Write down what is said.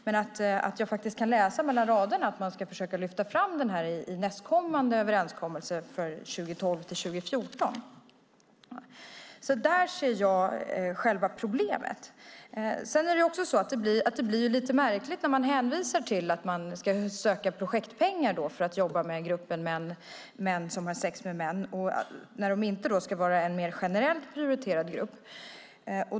Men jag kan faktiskt läsa mellan raderna att man ska försöka lyfta fram den här gruppen i nästkommande överenskommelse för 2010-2014. Där ser jag själva problemet. Det blir lite märkligt när det hänvisas till att man ska söka projektpengar för att jobba med gruppen män som har sex med män när det inte ska vara en mer generellt prioriterad grupp.